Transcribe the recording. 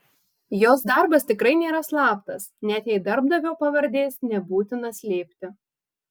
jos darbas tikrai nėra slaptas net jei darbdavio pavardės nebūtina slėpti